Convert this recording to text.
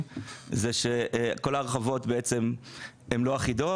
הוא שכל ההרחבות הן לא אחידות.